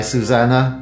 Susanna